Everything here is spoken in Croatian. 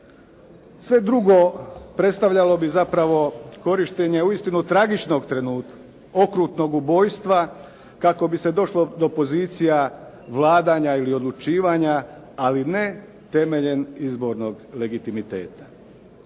Sve drugo predstavljalo bi zapravo korištenje uistinu tragičnog trenutka okrutnog ubojstva kako bi se došlo do pozicija vladanja ili odlučivanja, ali ne temeljem izbornog legitimiteta.